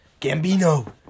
Gambino